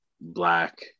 black